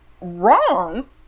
wrong